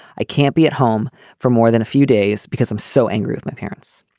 i can't be at home for more than a few days because i'm so angry with my parents.